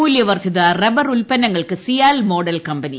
മൂല്യവർദ്ധിത റബ്ബ്ർ ഉത്പന്നങ്ങൾക്ക് CIAL model company